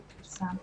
והוא פורסם.